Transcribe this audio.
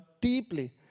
deeply